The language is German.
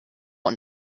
und